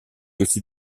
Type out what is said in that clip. aussi